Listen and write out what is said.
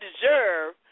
deserve